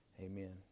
Amen